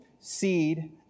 seed